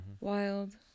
wild